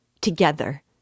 Together